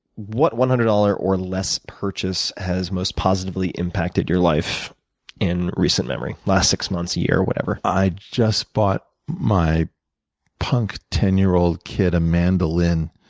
what one hundred dollars or less purchase has most positively impacted your life in recent memory, last six months, a year, whatever? i just bought my punk ten year old kid a mandolin.